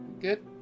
Good